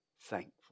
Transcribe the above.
thankful